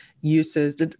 uses